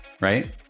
right